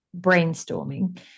brainstorming